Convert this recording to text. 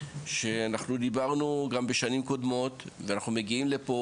שאנחנו דיברנו גם בשנים קודמות ואנחנו מגיעים לפה,